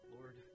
Lord